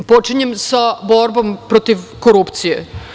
Počinjem sa borbom protiv korupcije.